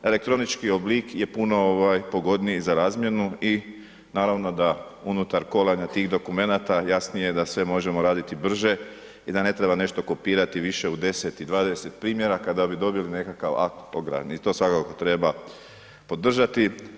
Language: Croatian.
Elektronički oblik je puno pogodniji za razmjenu i naravno da unutar kolanja tih dokumenata jasnije je da sve možemo raditi brže i da ne treba nešto kopirati više u 10 o 20 primjeraka da bi dobili nekakav akt o gradnji i to svakako treba podržati.